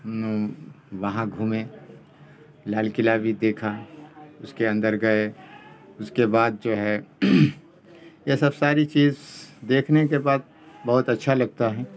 وہاں گھومے لال قلعہ بھی دیکھا اس کے اندر گئے اس کے بعد جو ہے یہ سب ساری چیز دیکھنے کے بعد بہت اچھا لگتا ہے